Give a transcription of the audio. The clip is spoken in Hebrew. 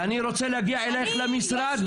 ואני רוצה להגיע אליך למשרד.